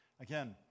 Again